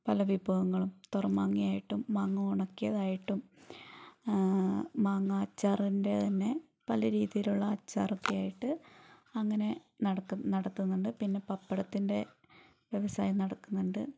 പല വിഭവങ്ങളും തൊറ മാങ്ങയായിട്ടും മാങ്ങ ഒണക്കിയതായിട്ടും മാങ്ങ അച്ചാറി ൻ്റെ തന്നെ പല രീതിയിലുള്ള അച്ചാറൊക്കെ ആയിട്ട് അങ്ങനെ നടക്കും നടത്തുന്നുണ്ട് പിന്നെ പപ്പടത്തിൻ്റെ വ്യവസായം നടക്കുന്നുണ്ട്